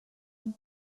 and